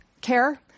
care